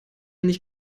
nicht